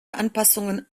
anpassungen